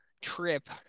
trip